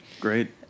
Great